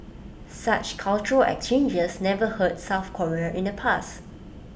such cultural exchanges never hurt south Korea in the past